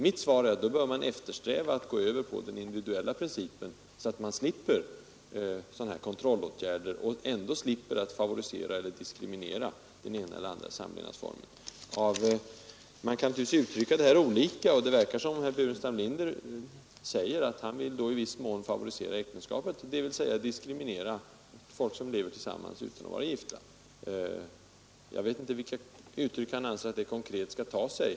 Mitt svar är: Då bör man eftersträva att gå över till den individuella principen så att man slipper sådana här kontrollåtgärder och ändå slipper favorisera eller diskriminera den ena eller andra samlevnadsformen. Man kan naturligtvis uttrycka detta på olika sätt. Det verkar som om herr Burenstam Linder vill i någon mån favorisera äktenskapet, dvs. diskriminera folk som lever tillsammans utan att vara gifta. Jag vet inte vilka uttryck han anser att det konkret skall ta sig.